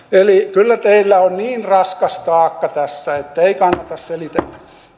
eli kyllä teillä on niin raskas taakka tässä että ei kannata selitellä